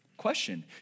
question